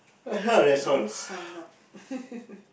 would you sign up